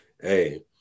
hey